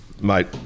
mate